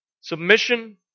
Submission